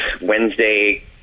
Wednesday